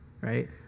right